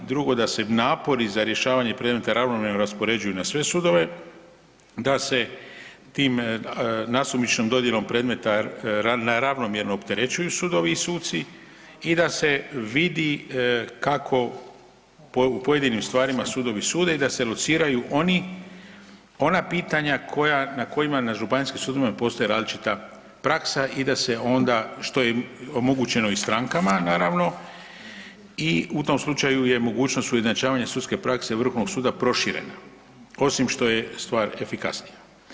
Drugo, da se napori za rješavanje predmeta ravnomjerno raspoređuju na sve sudove, da se tim nasumičnom dodjelom predmeta ravnomjerno opterećuju sudovi i suci i da se vidi kako u pojedinim stvarima sudovi sude i da se lociraju ona pitanja na koja na županijskim sudovima postoje različita praksa i da se onda što je omogućeno i strankama naravno i u tom slučaju je mogućnost ujednačavanja sudske prakse Vrhovnog suda proširena osim što je stvar efikasnija.